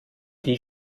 die